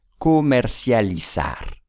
comercializar